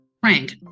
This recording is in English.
Frank